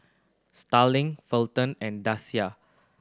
Starling Felton and Danica